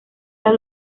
las